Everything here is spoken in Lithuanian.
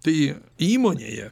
tai įmonėje